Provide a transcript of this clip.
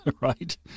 Right